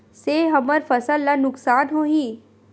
से हमर फसल ला नुकसान होही?